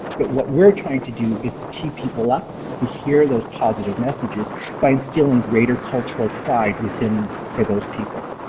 but what we're trying to do is keep people up to hear those positive messages by instilling greater cultural pride within for those people.